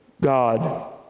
God